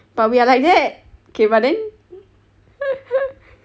but we are like that okay but then